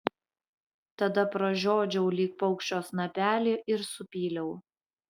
tada pražiodžiau lyg paukščio snapelį ir supyliau